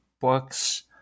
books